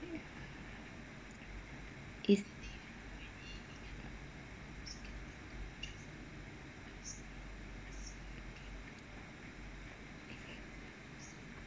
is